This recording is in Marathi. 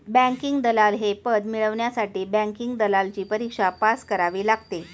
बँकिंग दलाल हे पद मिळवण्यासाठी बँकिंग दलालची परीक्षा पास करावी लागते